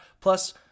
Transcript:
Plus